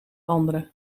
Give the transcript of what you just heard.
andere